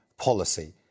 policy